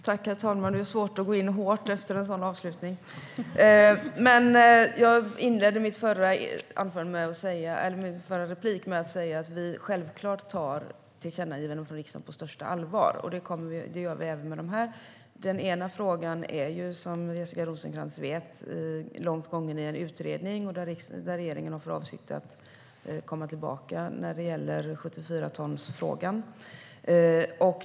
Herr talman! Det är svårt att gå in hårt efter en sådan avslutning! Jag inledde min förra replik med att säga att vi självklart tar tillkännagivanden från riksdagen på största allvar. Det gör vi även med de här. Den ena frågan är, som Jessica Rosencrantz vet, långt gången i en utredning. Regeringen har för avsikt att komma tillbaka när det gäller 74-tonsfrågan.